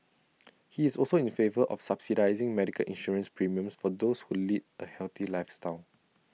he is also in favour of subsidising medical insurance premiums for those who lead A healthy lifestyle